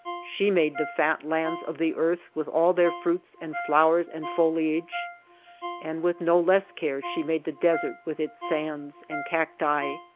she made the fat lands of the earth with all their fruits and flowers and fo liage and with no less care she made the des ert with its sands and cacti.